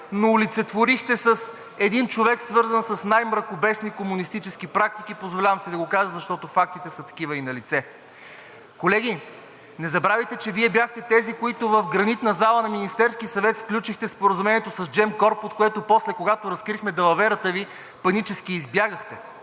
но олицетворихте с един човек, свързан с най-мракобесни комунистически практики? Позволявам си да го кажа, защото фактите са такива и налице. Колеги, не забравяйте, че Вие бяхте тези, които в Гранитната зала на Министерския съвет сключихте споразумението с Gemcorp, от което после, когато разкрихме далаверата Ви, панически избягахте.